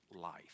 life